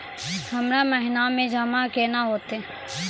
हमरा महिना मे जमा केना हेतै?